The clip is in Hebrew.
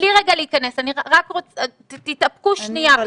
-תתאפקו שנייה.